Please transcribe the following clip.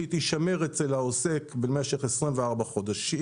שהיא תישמר אצל העוסק במשך 24 חודשים.